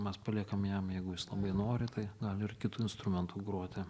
mes paliekam jam jeigu jis labai nori tai gali ir kitu instrumentu groti